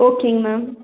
ஓகேங்க மேம்